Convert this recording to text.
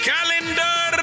Calendar